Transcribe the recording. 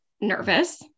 nervous